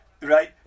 right